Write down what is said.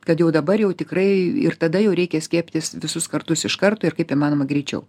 kad jau dabar jau tikrai ir tada jau reikia skiepytis visus kartus iš karto ir kaip įmanoma greičiau